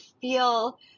feel